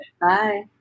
Bye